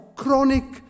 chronic